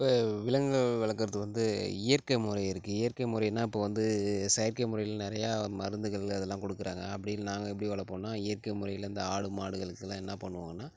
இப்போ விலங்கை வளர்க்கிறது வந்து இயற்கை முறை இருக்குது இயற்கை முறையினால் இப்போ வந்து செயற்கை முறையில் நிறையா மருந்துகள் அதெலாம் கொடுக்குறாங்க அப்படி நாங்கள் எப்படி வளர்ப்போனா இயற்கை முறையில் வந்து ஆடு மாடுகளுக்கெல்லாம் என்ன பண்ணுவோம்னா